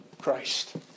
Christ